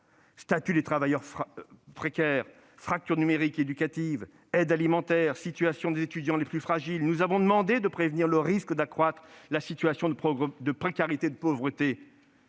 statut des travailleurs précaires, fracture numérique et éducative, aide alimentaire, situation des étudiants les plus fragiles. Nous avons demandé que l'on prévienne le risque d'accroissement des situations de précarité et de pauvreté.